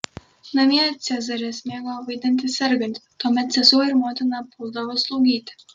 namie cezaris mėgo vaidinti sergantį tuomet sesuo ir motina puldavo slaugyti